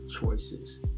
choices